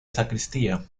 sacristía